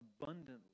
abundantly